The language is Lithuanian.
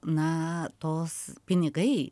na tos pinigai